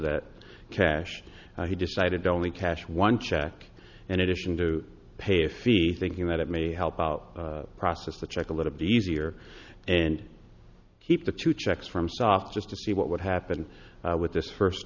that cash he decided only cash one check and addition to pay a fee thinking that it may help out process the check a little bit easier and keep the two checks from soft just to see what would happen with this first